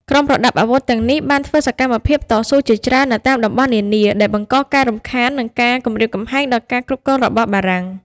ក្រុមប្រដាប់អាវុធទាំងនេះបានធ្វើសកម្មភាពតស៊ូជាច្រើននៅតាមតំបន់នានា ដែលបង្កការរំខាន និងការគំរាមកំហែងដល់ការគ្រប់គ្រងរបស់បារាំង។